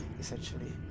essentially